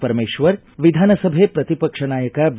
ಪರಮೇಶ್ವರ ವಿಧಾನಸಭೆ ಪ್ರತಿಪಕ್ಷ ನಾಯಕ ಬಿ